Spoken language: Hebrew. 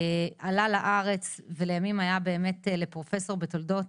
הוא עלה לארץ ולימים היה לפרופסור בתולדות